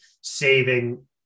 saving